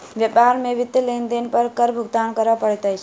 व्यापार में वित्तीय लेन देन पर कर भुगतान करअ पड़ैत अछि